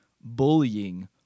bullying